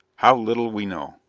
how little we know!